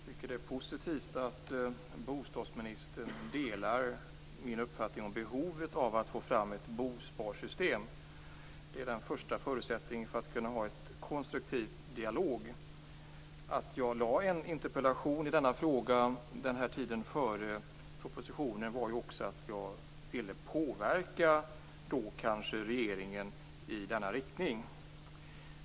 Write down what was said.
Fru talman! Det är positivt att bostadsministern delar min uppfattning om behovet av att få fram ett bosparsystem. Det är en första förutsättning för att kunna ha en konstruktiv dialog. Att jag framställde en interpellation i denna fråga före propositionen var att jag ville påverka regeringen i denna riktning.